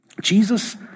Jesus